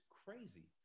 crazy